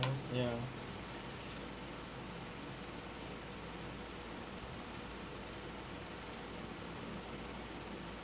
ya